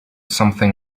something